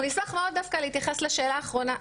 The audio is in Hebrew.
אנחנו נשמח מאוד דווקא להתייחס לשאלה האחרונה,